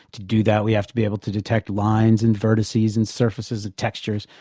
to do that we have to be able to detect lines and vertices and surfaces and textures,